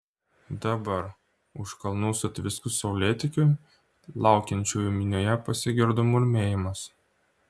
dabar už kalnų sutviskus saulėtekiui laukiančiųjų minioje pasigirdo murmėjimas